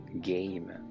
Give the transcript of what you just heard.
game